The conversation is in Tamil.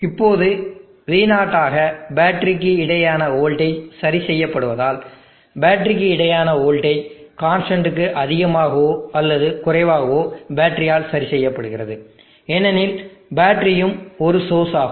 இப்போது v0 ஆக பேட்டரிக்கு இடையேயான வோல்டேஜ் சரி செய்யப்படுவதால் பேட்டரிக்கு இடையேயான வோல்டேஜ் கன்ஸ்டன்ட்டுக்கு அதிகமாகவோ அல்லது குறைவாகவோ பேட்டரியால் சரி செய்யப்படுகிறது ஏனெனில் பேட்டரியும் ஒரு சோர்ஸ் ஆகும்